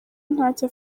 ntacyo